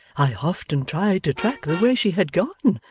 i often tried to track the way she had gone,